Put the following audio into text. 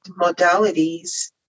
modalities